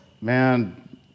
Man